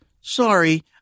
sorry